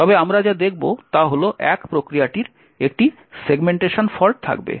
তবে আমরা যা দেখব তা হল 1 প্রক্রিয়াটির একটি সেগমেন্টেশন ফল্ট থাকবে